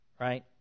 right